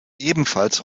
ebenfalls